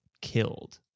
killed